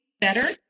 better